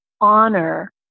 honor